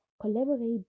Collaborate